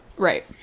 Right